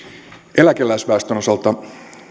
eläkeläisväestön osalta